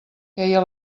queia